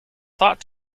thought